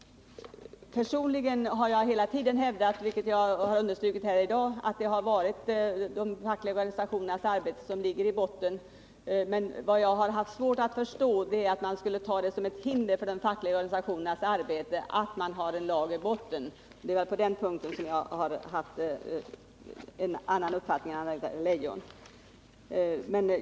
Personligen har jag hela tiden hävdat — och jag har understrukit det även i dag — att det är de fackliga organisationernas arbete som ligger i botten. Men vad jag har svårt att förstå är att det förhållandet att det ligger en lag i botten skulle utgöra ett hinder för de fackliga organisationernas arbete. Det är på den punkten som jag har en annan uppfattning än Anna-Greta Leijon.